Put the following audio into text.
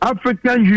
African